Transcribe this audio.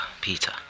Peter